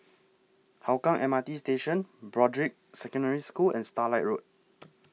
Hougang M R T Station Broadrick Secondary School and Starlight Road